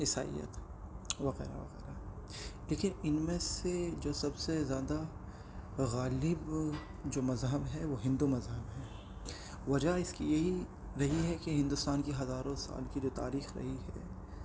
عیسائیت وغیرہ وغیرہ دیکھیے ان میں سے جو سب سے زیادہ غالب جو مذہب ہے وہ ہندو مذہب ہے وجہ اس کی یہی رہی ہے کہ ہندوستان کی ہزاروں سال کی جو تاریخ رہی ہے